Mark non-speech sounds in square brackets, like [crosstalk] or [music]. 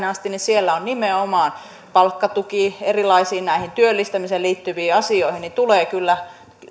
[unintelligible] asti niin siellä on nimenomaan palkkatuki ja näihin erilaisiin työllistämiseen liittyviin asioihin tulee kyllä